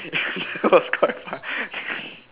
that was quite funny